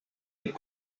est